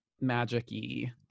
magic-y